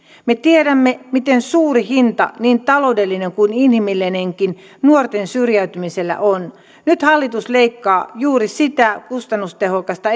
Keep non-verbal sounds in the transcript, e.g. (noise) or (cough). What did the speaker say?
me tiedämme miten suuri hinta niin taloudellinen kuin inhimillinenkin nuorten syrjäytymisellä on nyt hallitus leikkaa juuri sitä kustannustehokkaasta (unintelligible)